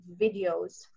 videos